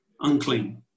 unclean